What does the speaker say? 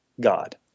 God